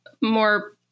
more